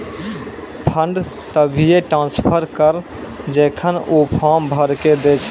fund तभिये transfer करऽ जेखन ऊ फॉर्म भरऽ के दै छै